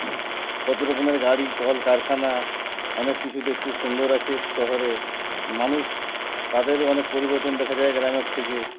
কত রকমের গাড়ি কল কারখানা অনেক কিছু দেখতে সুন্দর আছে শহরে মানুষ তাদেরও অনেক পরিবর্তন দেখা যায় গ্রামের থেকে